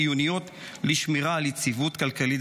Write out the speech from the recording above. חיונית לשמירה על יציבות כלכלית,